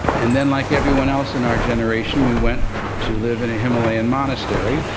and then, like everyone else in our generation, we went to live in a himalayan monastery.